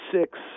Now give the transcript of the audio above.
Six